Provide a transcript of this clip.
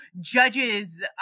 judges